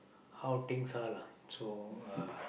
how things are lah so uh